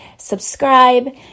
subscribe